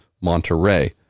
Monterey